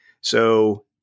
So-